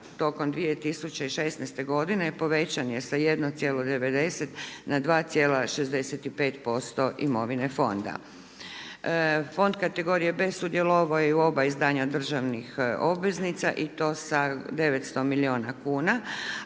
tokom 2016. godine povećan je sa 1,90 na 2,65% imovine fonda. Fond kategorije B sudjelovao je u oba izdanja državnih obveznica i to sa 900 milijuna kuna